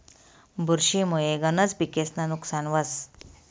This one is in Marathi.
बुरशी मुये गनज पिकेस्नं नुकसान व्हस